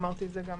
אמרתי את זה גם